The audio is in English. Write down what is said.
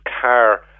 car